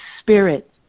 spirit